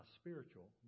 spiritual